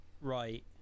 Right